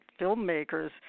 filmmakers